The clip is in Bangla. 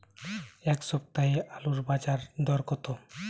এ সপ্তাহে আলুর বাজার দর কত?